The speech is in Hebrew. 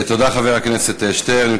תודה, חבר הכנסת שטרן.